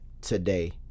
today